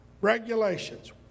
regulations